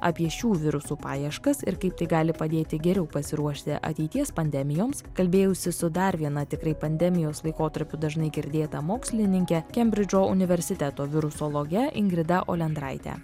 apie šių virusų paieškas ir kaip tai gali padėti geriau pasiruošti ateities pandemijoms kalbėjausi su dar viena tikrai pandemijos laikotarpiu dažnai girdėta mokslininke kembridžo universiteto virusologe ingrida olendraite